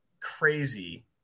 crazy